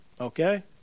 okay